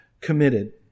committed